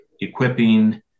equipping